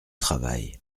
travail